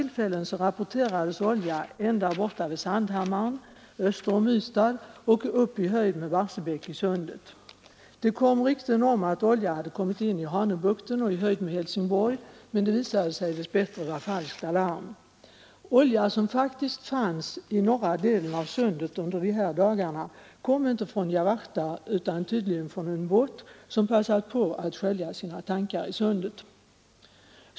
Rykten om att olja kommit ända in i 2 april 1974 Hanöbukten och i höjd med Helsingborg visade sig dess bättre vara falska, — Olja som faktiskt fanns i norra delen av Sundet under dessa dagar kom inte från Jawachta utan tydligen från en båt som passade på att skölja ur sina tankar i Sundet.